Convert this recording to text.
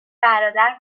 برادر